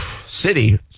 city